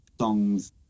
songs